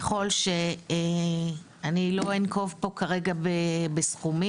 ככול שאני לא אנקוב פה כרגע בסכומים,